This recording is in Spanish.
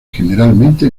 generalmente